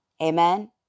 Amen